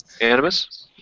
Animus